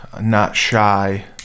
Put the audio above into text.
not-shy